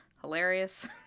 hilarious